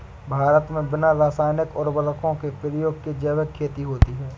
भारत मे बिना रासायनिक उर्वरको के प्रयोग के जैविक खेती होती है